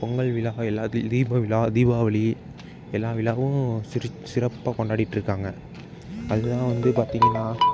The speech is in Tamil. பொங்கல் விழா எல்லா தீப விழா தீபாவளி எல்லா விழாவும் சிறப்பாக கொண்டாடிகிட்டு இருக்காங்க அதுக்குதான் வந்து பார்த்திங்கன்னா